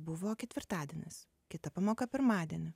buvo ketvirtadienis kita pamoka pirmadienį